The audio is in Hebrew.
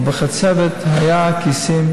אבל בחצבת היו כיסים,